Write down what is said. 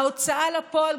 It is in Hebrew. ההוצאה לפועל,